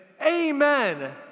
Amen